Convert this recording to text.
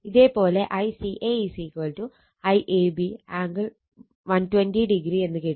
ഇതേ പോലെ ICA IAB angle 120o എന്ന് കിട്ടും